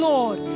Lord